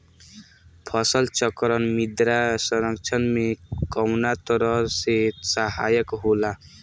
फसल चक्रण मृदा संरक्षण में कउना तरह से सहायक होला?